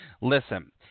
Listen